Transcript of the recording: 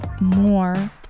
more